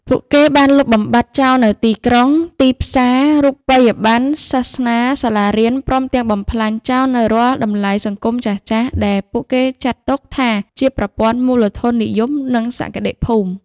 ពួកគេបានលុបបំបាត់ចោលនូវទីក្រុង ទីផ្សារ រូបិយប័ណ្ណ សាសនា សាលារៀន ព្រមទាំងបំផ្លាញចោលនូវរាល់តម្លៃសង្គមចាស់ៗដែលពួកគេចាត់ទុកថាជាប្រព័ន្ធមូលធននិយម និងសក្តិភូមិ។